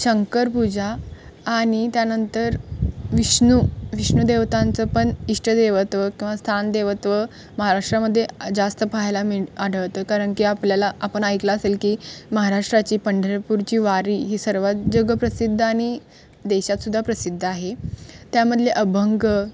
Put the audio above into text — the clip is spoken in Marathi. शंकर पूजा आणि त्यानंतर विष्णु विष्णुदेवतांचं पण इष्टदेवत्व किंवा स्थानदेवत्व महाराष्ट्रामध्ये जास्त पाहायला मिळतं आढळतं कारण की आपल्याला आपण ऐकलं असेल की महाराष्ट्राची पंढरपूरची वारी ही सर्वात जगप्रसिद्ध आणि देशातसुद्धा प्रसिद्ध आहे त्यामधले अभंग